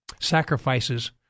sacrifices